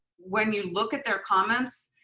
when you look at their comments,